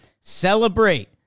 celebrate